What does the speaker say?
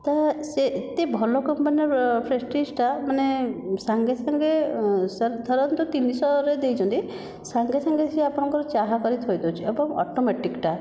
ତ ସେ ଏତେ ଭଲ କମ୍ପାନୀର ପ୍ରେଷ୍ଟିଜ୍ଟା ମାନେ ସାଙ୍ଗେ ସାଙ୍ଗେ ଧରନ୍ତୁ ତିନିଶହରେ ଦେଇଛନ୍ତି ସାଙ୍ଗେ ସାଙ୍ଗେ ସିଏ ଆପଣଙ୍କର ଚାହା କରି ଥୋଇଦେଉଛି ଏବଂ ଅଟୋମେଟିକ୍ଟା